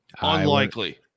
Unlikely